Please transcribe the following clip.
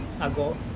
ago